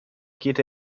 geht